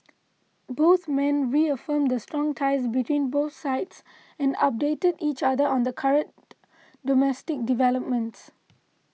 both men reaffirmed the strong ties between both sides and updated each other on current domestic developments